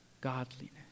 godliness